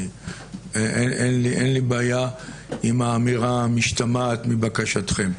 אין לי בעיה עם האמירה המשתמעת מבקשתכם.